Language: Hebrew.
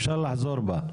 אפשר לחזור בה,